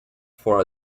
for